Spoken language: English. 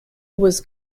was